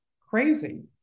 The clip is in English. crazy